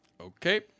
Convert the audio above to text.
Okay